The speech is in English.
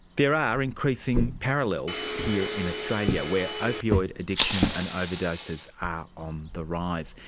there are increasing parallels here in australia, where opioid addiction and overdoses are on the rise.